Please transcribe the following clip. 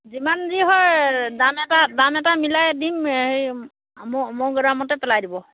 যিমান যি হয় দাম এটা দাম এটা মিলাই দিম সেই মোৰ মোৰ গোদামতে পেলাই দিব